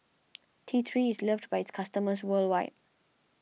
T three is loved by its customers worldwide